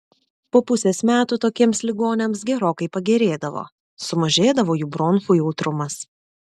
po pusės metų tokiems ligoniams gerokai pagerėdavo sumažėdavo jų bronchų jautrumas